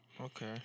Okay